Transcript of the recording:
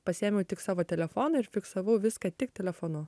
pasiėmiau tik savo telefoną ir fiksavau viską tik telefonu